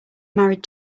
married